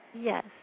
Yes